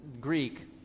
Greek